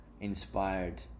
inspired